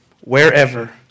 wherever